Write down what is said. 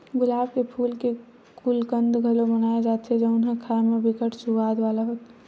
गुलाब के फूल के गुलकंद घलो बनाए जाथे जउन ह खाए म बिकट सुवाद वाला होथे